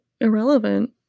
irrelevant